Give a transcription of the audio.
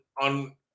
on